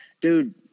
dude